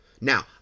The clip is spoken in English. Now